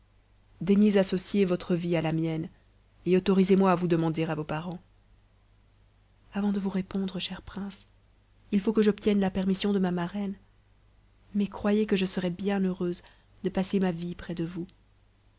daignez associer votre vie à la mienne et autorisez moi à vous demander à vos parents avant de vous répondre chère prince il faut que j'obtienne la permission de ma marraine mais croyez que je serais bien heureuse de passer ma vie près de vous